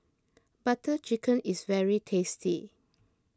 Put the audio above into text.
Butter Chicken is very tasty